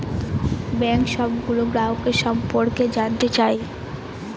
bank সবগুলো গ্রাহকের সম্পর্কে জানতে চায়